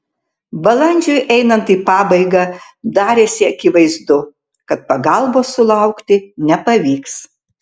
balandžiui einant į pabaigą darėsi akivaizdu kad pagalbos sulaukti nepavyks